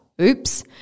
oops